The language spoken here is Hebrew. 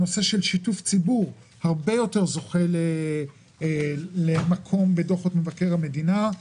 נושא של שיתוף ציבור זוכה הרבה יותר למקום בדוחות מבקר המדינה.